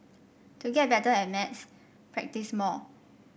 to get better at maths practise more